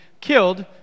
killed